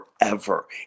forever